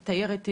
תאיר את עינינו.